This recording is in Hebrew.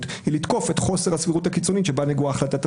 ולתקוף את חוסר הסבירות הקיצונית בה נגועה החלטת השר.